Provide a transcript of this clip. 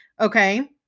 okay